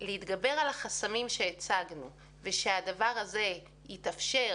להתגבר על החסמים שהצגנו ושהדבר הזה יתאפשר